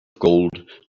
gold